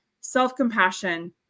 self-compassion